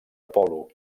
apol·lo